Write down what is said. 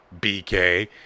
BK